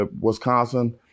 Wisconsin